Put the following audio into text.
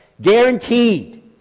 guaranteed